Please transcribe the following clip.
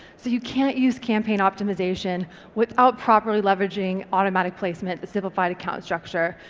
so you can't use campaign optimisation without properly leveraging automatic placement, a simplified account structure.